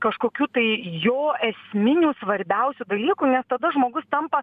kažkokių tai jo esminių svarbiausių dalykų nes tada žmogus tampa